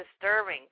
disturbing